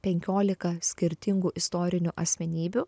penkiolika skirtingų istorinių asmenybių